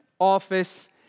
office